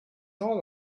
all